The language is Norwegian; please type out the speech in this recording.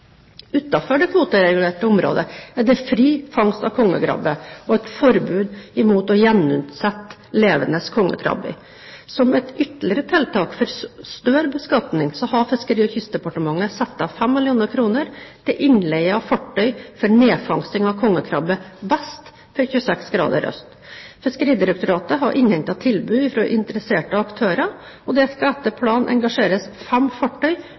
det kvoteregulerte området er det fri fangst av kongekrabbe og et forbud mot å gjenutsette levende kongekrabbe. Som et ytterligere tiltak for større beskatning har Fiskeri- og kystdepartementet satt av 5 mill. kr til innleie av fartøy for nedfangsting av kongekrabbe vest for 26° øst. Fiskeridirektoratet har innhentet tilbud fra interesserte aktører, og det skal etter planen engasjeres fem fartøy